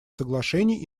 соглашений